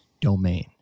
domain